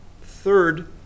Third